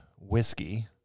whiskey